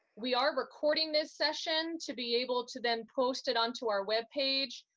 we are recording this session to be able to then post it onto our web page.